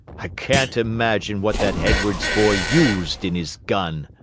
i can't imagine what that edwards boy used in his gun.